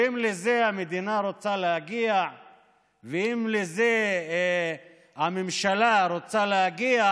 ואם לזה המדינה רוצה להגיע ואם לזה הממשלה רוצה להגיע,